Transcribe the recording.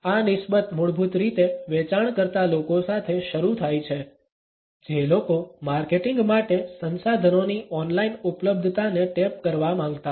આ નિસ્બત મૂળભૂત રીતે વેચાણ કરતા લોકો સાથે શરૂ થાય છે જે લોકો માર્કેટિંગ માટે સંસાધનોની ઓનલાઈન ઉપલબ્ધતાને ટેપ કરવા માંગતા હતા